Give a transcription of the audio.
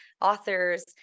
authors